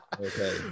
Okay